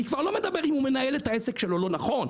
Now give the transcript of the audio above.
אני כבר לא מדבר אם הוא מנהל את העסק שלו לא נכון,